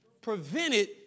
prevented